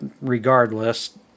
regardless